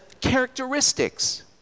characteristics